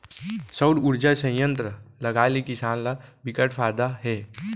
सउर उरजा संयत्र लगाए ले किसान ल बिकट फायदा हे